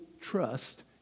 trust